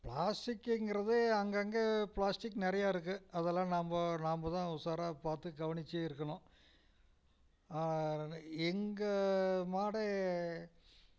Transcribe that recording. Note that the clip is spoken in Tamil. பிளாஸ்டிக்குங்கிறது அங்கங்கே பிளாஸ்டிக் நிறையா இருக்கு அதெலாம் நம்ப நம்பதான் உஷாராக பார்த்து கவனிச்சு இருக்கணும் எங்கள் மாடே